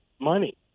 money